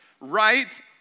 right